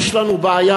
יש לנו בעיה.